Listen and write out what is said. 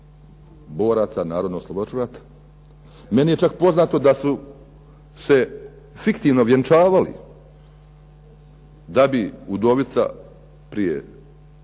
boraca narodnooslobodilačkog rata. Meni je čak poznato da su se fiktivno vjenčavali da bi udovica mjesec,